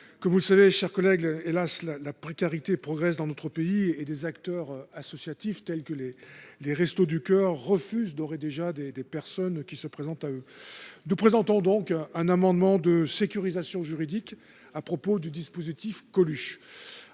Comme vous le savez, mes chers collègues, la précarité progresse, hélas ! dans notre pays, et des acteurs associatifs, tels que les Restos du Cœur, refusent d’ores et déjà des personnes qui se présentent à eux. Nous présentons donc un amendement de sécurisation juridique portant sur le dispositif dit Coluche,